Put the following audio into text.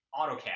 AutoCAD